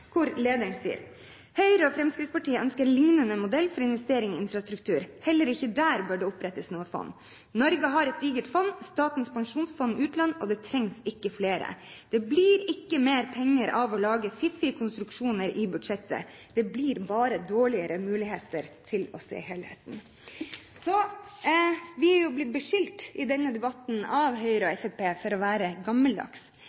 og Fremskrittspartiet ønsker en lignende modell for investeringer i infrastruktur. Heller ikke der bør det opprettes noe fond. Norge har et digert fond – Statens pensjonsfond utland, og det trengs ikke flere. Det blir ikke mer penger av å lage fiffige konstruksjoner i budsjettet. Det blir bare dårligere muligheter til å se helheten.» Vi er jo blitt beskyldt i denne debatten av Høyre og